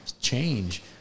change